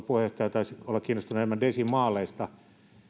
puheenjohtaja taisi olla kiinnostunut enemmän desimaaleista